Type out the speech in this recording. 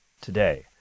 today